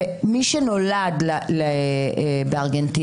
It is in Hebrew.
ומי שנולד בארגנטינה,